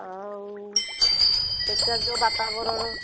ଆଉ ସେଠିକାର ଯେଉଁ ବାତାବରଣ